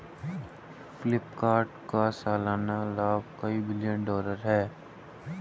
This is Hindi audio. फ्लिपकार्ट का सालाना लाभ कई बिलियन डॉलर है